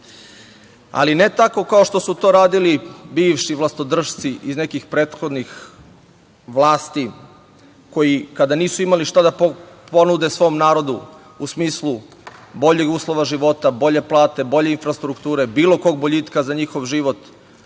ali ne tako kao što su to radili bivši vlastodršci iz nekih prethodnih vlasti koji kada nisu imali šta da ponude svom narodu u smislu boljeg uslova života, bolje plate, bolje infrastrukture, bilo kog boljitka za njihov život